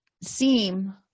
seem